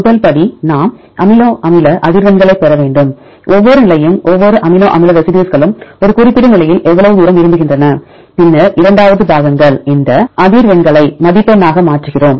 முதல் படி நாம் அமினோ அமில அதிர்வெண்களைப் பெற வேண்டும் ஒவ்வொரு நிலையும் ஒவ்வொரு அமினோ அமில ரெசிடியூஸ்களும் ஒரு குறிப்பிட்ட நிலையில் எவ்வளவு தூரம் விரும்புகின்றன பின்னர் இரண்டாவது பாகங்கள் இந்த அதிர்வெண்களை மதிப்பெண்ணாக மாற்றுகிறோம்